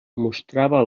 mostrava